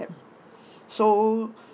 so